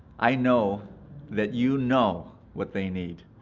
i know that you know what they need,